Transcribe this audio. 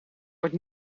wordt